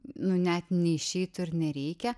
nu net neišeitų ir nereikia